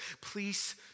please